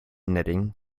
knitting